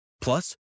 Plus